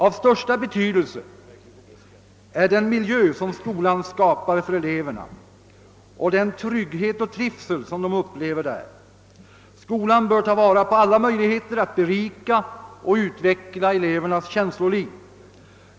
Av största betydelse är den miljö som skolan skapar för eleverna och den trygghet och trivsel som de upplever där. Skolan bör ta vara på alla möjligheter att berika och utveckla elevernas känsloliv.